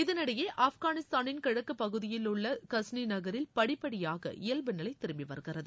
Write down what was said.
இதனிடையே ஆப்கானிஸ்தானின் கிழக்கு பகுதியிலுள்ள கஸ்னி நகரில் படிப்படியாக இயல்பு நிலை திரும்பி வருகிறது